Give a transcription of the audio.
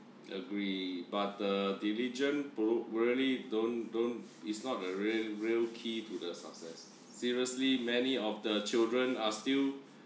agree but err diligent bro really don't don't it's not a real real key to the success seriously many of the children are still